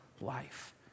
life